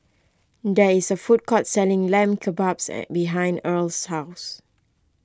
there is a food court selling Lamb Kebabs an behind Irl's house